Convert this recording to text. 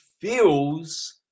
feels